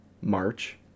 March